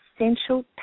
essential